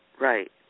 Right